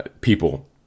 people